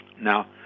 Now